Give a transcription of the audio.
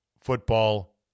football